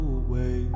away